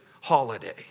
holiday